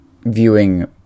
viewing